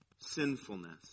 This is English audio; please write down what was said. sinfulness